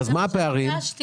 למשל